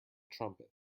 trumpet